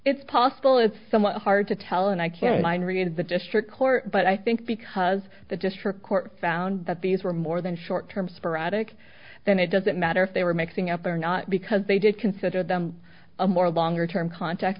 it's possible it's somewhat hard to tell and i can binary in the district court but i think because the district court found that these were more than short term sporadic then it doesn't matter if they were mixing up or not because they did consider them a more longer term contract